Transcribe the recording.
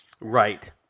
Right